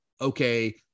okay –